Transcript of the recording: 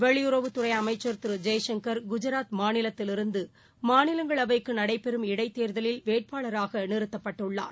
வெளியுறவுத்துறைஅமைச்சா் திருஜெயசங்கா் குஜாத் மாநிலத்திலிருந்து மாநிலங்களவைக்குநடைபெறும் இடைத்தேர்தலில் வேட்பாளராகநிறுத்தப்பட்டுள்ளார்